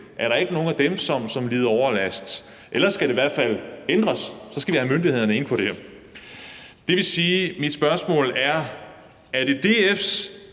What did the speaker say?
er der ikke nogen af dem, som lider overlast. Ellers skal det i hvert fald ændres, og så skal vi have myndighederne ind i forhold til det her. Mit spørgsmål er: Er det DF's